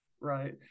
Right